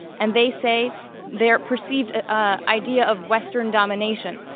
and they say their perceived ah idea of western domination,